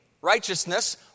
righteousness